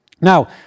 Now